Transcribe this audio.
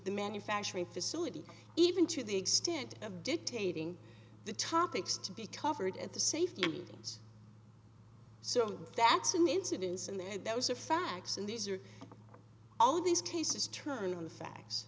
the manufacturing facility even to the extent of dictating the topics to be covered at the safety meetings so that's an incidence in there and those are facts and these are all these cases turn on the facts